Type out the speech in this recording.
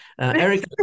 Eric